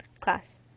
class